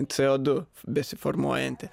co du besiformuojantį